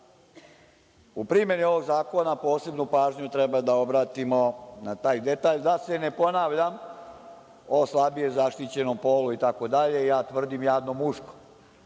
u primeni ovog zakona posebnu pažnju treba da obratimo na taj detalj da se ne ponavlja o slabije zaštićenom polu itd. Ja tvrdim jadno muško.